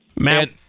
Matt